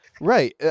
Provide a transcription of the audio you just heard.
right